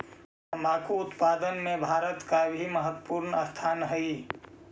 तंबाकू उत्पादन में भारत का भी महत्वपूर्ण स्थान हई